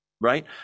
right